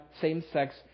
same-sex